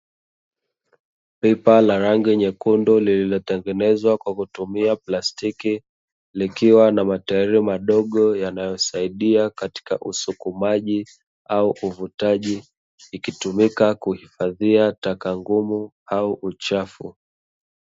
Pipa la rangi nyekundu lililotengenezwa kwa kutumia plastiki, likiwa na matairi madogo, yanayosaidia katika usukumaji au uvutaji likitumika kuhifadhia taka ngumu au uchafu.